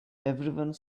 everyone